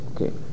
okay